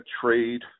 trade